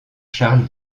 charles